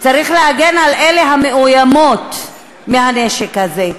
צריך להגן על אלה המאוימות מהנשק הזה,